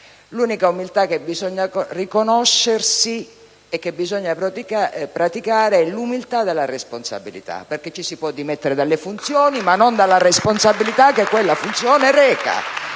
l'unica umiltà che bisogna riconoscersi e che bisogna praticare è l'umiltà della responsabilità. Ci si può dimettere dalle funzioni, ma non dalla responsabilità che quella funzione reca.